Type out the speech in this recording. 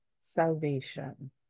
salvation